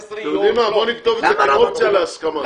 בואו נכתוב כאופציה להסכמה.